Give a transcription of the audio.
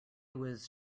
was